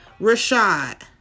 Rashad